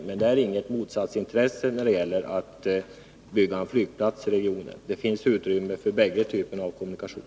Men det intresset står inte i motsättning till byggande av en flygplats i regionen. Det finns utrymme för bägge typerna av kommunikation.